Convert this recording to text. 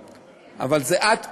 אבל זה עד פי-20,